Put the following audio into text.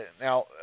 now